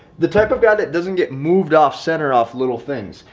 the type of guy that doesn't get moved off, center off little things,